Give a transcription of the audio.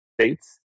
states